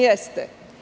Jeste.